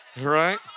Right